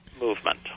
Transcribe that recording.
movement